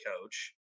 coach